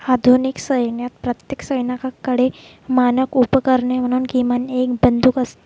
आधुनिक सैन्यात प्रत्येक सैनिकाकडे मानक उपकरणे म्हणून किमान एक बंदूक असते